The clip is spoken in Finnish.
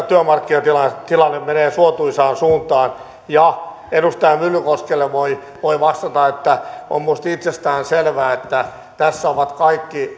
työmarkkinatilanne menee suotuisaan suuntaan edustaja myllykoskelle voi voi vastata että on minusta itsestäänselvää että tässä ovat kaikki